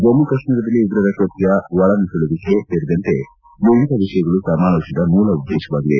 ಜಮ್ಮ ಕಾಶ್ಮೀರದಲ್ಲಿ ಉಗ್ರರ ಕೃತ್ಯ ಒಳನುಸುಳಿಕೆ ಸೇರಿದಂತೆ ವಿವಿಧ ವಿಷಯಗಳು ಸಮಾವೇಶದ ಮೂಲ ಉದ್ದೇಶವಾಗಿದೆ